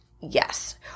Yes